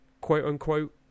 quote-unquote